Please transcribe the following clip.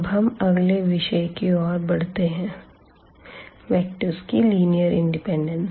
अब हम अगले विषय की ओर बढ़ते हैं वेक्टर्ज़ की लीनियर इंडिपेंडेंस